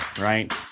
Right